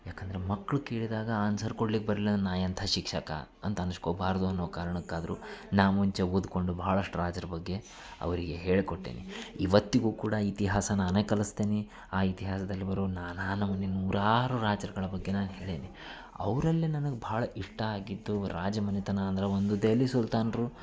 ಯಾಕಂದ್ರೆ ಮಕ್ಕಳು ಕೇಳಿದಾಗ ಆನ್ಸರ್ ಕೊಡ್ಲಿಕ್ಕೆ ಬರಲಿಲ್ಲ ಅಂದ್ರ್ ನಾನು ಎಂಥ ಶಿಕ್ಷಕ ಅಂತ ಅನ್ಸ್ಕೋಬಾರ್ದು ಅನ್ನೋ ಕಾರ್ಣಕ್ಕಾದ್ರೂ ನಾನು ಮುಂಚೆ ಓದಿಕೊಂಡು ಭಾಳಷ್ಟು ರಾಜ್ರ ಬಗ್ಗೆ ಅವರಿಗೆ ಹೇಳಿಕೊಟ್ಟೇನಿ ಇವತ್ತಿಗೂ ಕೂಡ ಇತಿಹಾಸ ನಾನೇ ಕಲಿಸ್ತೇನಿ ಆ ಇತಿಹಾಸ್ದಲ್ಲಿ ಬರೋ ನಾನಾ ನಮೂನೆ ನೂರಾರು ರಾಜರುಗಳ ಬಗ್ಗೆ ನಾನು ಹೇಳೇನಿ ಅವ್ರಲ್ಲೇ ನನಗೆ ಭಾಳ ಇಷ್ಟ ಆಗಿದ್ದು ರಾಜ ಮನೆತನ ಅಂದ್ರೆ ಒಂದು ದೆಹಲಿ ಸುಲ್ತಾನರು